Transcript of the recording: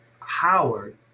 Howard